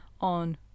on